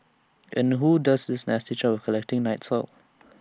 and who does this nasty job of collecting night soil